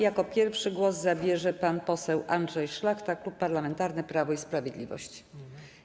Jako pierwszy głos zabierze pan poseł Andrzej Szlachta, Klub Parlamentarny Prawo i Sprawiedliwość.